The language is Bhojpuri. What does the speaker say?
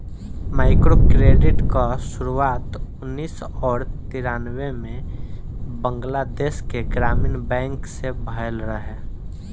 माइक्रोक्रेडिट कअ शुरुआत उन्नीस और तिरानबे में बंगलादेश के ग्रामीण बैंक से भयल रहे